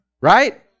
right